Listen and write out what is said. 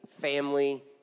family